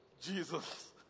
Jesus